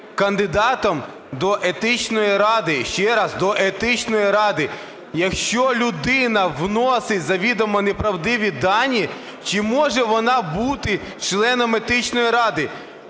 Кандидатом до Етичної ради, ще раз, до Етичної ради. Якщо людина вносить завідомо неправдиві дані, чи може вона бути членом Етичної ради?